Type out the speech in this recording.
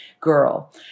girl